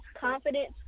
Confidence